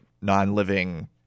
non-living